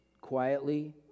quietly